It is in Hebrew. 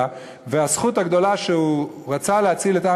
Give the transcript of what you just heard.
והזכות הגדולה שהוא רצה להציל את עם